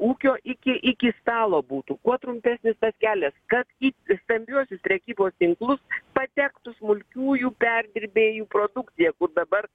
ūkio iki iki stalo būtų kuo trumpesnis tas kelias kad į stambiuosius prekybos tinklus patektų smulkiųjų perdirbėjų produkcija kur dabar